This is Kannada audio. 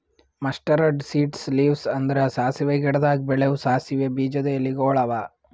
ಮಸ್ಟರಡ್ ಸೀಡ್ಸ್ ಲೀವ್ಸ್ ಅಂದುರ್ ಸಾಸಿವೆ ಗಿಡದಾಗ್ ಬೆಳೆವು ಸಾಸಿವೆ ಬೀಜದ ಎಲಿಗೊಳ್ ಅವಾ